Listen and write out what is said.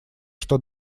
что